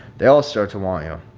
they all start to want you.